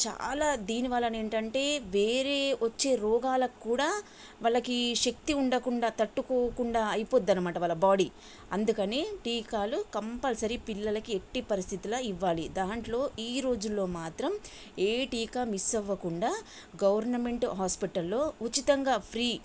చాలా దీని వల్లనే ఏంటంటే వేరే వచ్చే రోగాలకు కూడా వాళ్ళకి శక్తి ఉండకుండా తట్టుకోకుండా అయిపోతుందన్నమాట వాళ్ళ బాడీ అందుకని టీకాలు కంపల్సరీ పిల్లలకి ఎట్టి పరిస్థితులో ఇవ్వాలి దాంట్లో ఈ రోజుల్లో మాత్రం ఏ టీకా మిస్ అవ్వకుండా గవర్నమెంట్ హాస్పిటల్లో ఉచితంగా ఫ్రీ